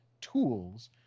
tools